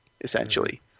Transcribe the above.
essentially